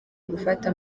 gufata